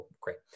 great